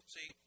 See